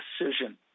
decision